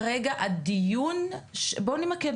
בואו נמקד